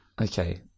okay